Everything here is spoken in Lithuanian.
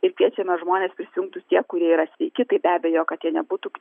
ir kviečiame žmones prisijungti tie kurie yra sveiki tai be abejo kad jie nebūtų